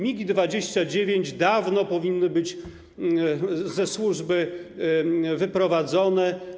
MIG-29 dawno powinny być ze służby wyprowadzone.